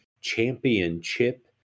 Championship